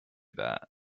that